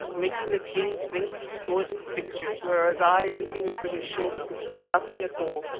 making the king think he saw it in pictures, whereas i, looking over his shoulder, could see nothing at all,